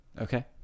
Okay